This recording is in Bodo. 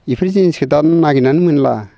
इफोर जिनिसखो दा नागिरनानै मोनला